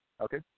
Okay